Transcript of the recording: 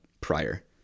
prior